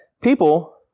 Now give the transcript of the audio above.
people